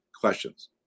questions